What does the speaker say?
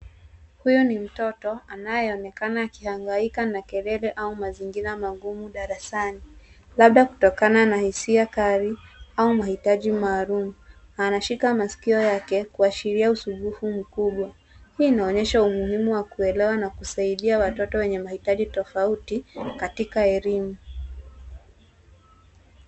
Huyu ni mtoto anayeonekana akiangaika na kelele au mazingira magumu darasani, labda kutokana na hisia kali au mahitaji maalum. Anashika masikio yake kuashiria usumbufu mkubwa. Hii inaonyesha umuhimu wa kuelewa na kuwasaidia watoto wenye mahitaji tofauti katika elimu.